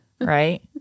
Right